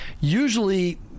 usually